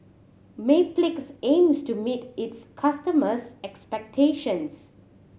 Mepilex aims to meet its customers' expectations